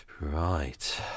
right